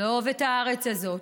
לאהוב את הארץ הזאת,